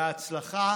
בהצלחה